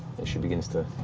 as she begins to